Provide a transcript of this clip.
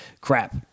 crap